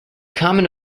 common